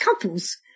couples